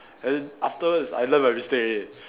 then afterwards I learn my mistake already